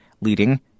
leading